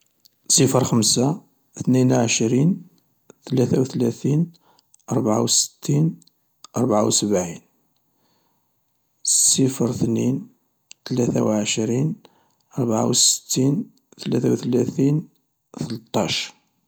صفر خمسة، اثنين اوعشرين، ثلاثة ولاثين، ربعة وستين، ربعة و سبعين ، ،صفر ثنين، ثلاثة وعشرين، ربعة وستين ثلاثة و ثلاثين ، ثلطاش.